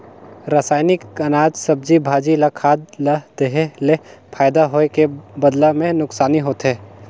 रसइनिक अनाज, सब्जी, भाजी ल खाद ले देहे ले फायदा होए के बदला मे नूकसानी होथे